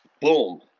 boom